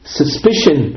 suspicion